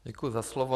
Děkuji za slovo.